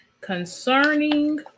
concerning